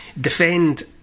defend